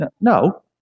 No